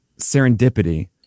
serendipity